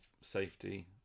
safety